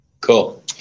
cool